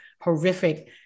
horrific